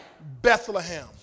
Bethlehem